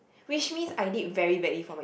which means I did very badly for my